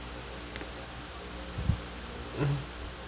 mm